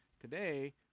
Today